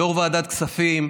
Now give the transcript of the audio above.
יו"ר ועדת הכספים,